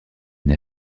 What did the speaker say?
une